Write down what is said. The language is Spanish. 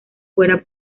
fuera